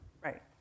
Right